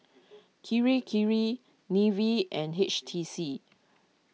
Kirei Kirei Nivea and H T C